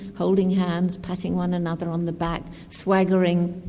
holding hands, patting one another on the back, swaggering,